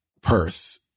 purse